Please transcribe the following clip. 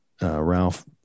Ralph